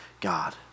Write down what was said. God